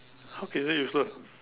how is it useless